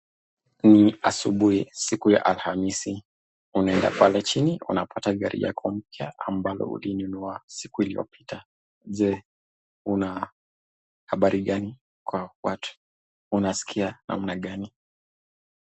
Ni asubuhi siku ya alhamisi unaenda pale chini unapata gari yako mpya ambayo ulinunua siku iliyopita je? Una habari gani kwa watu unaskia namna gani?